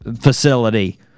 facility